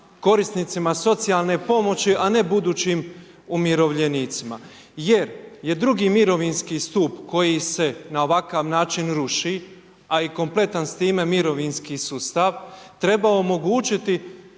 korisnicima socijalne pomoći a ne budućim umirovljenicima jer je II. mirovinski stup koji se na ovakav način ruši a i kompletan s time mirovinski sustav, treba omogućiti